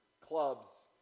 clubs